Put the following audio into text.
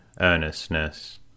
earnestness